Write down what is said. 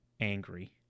angry